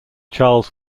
charles